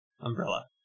umbrella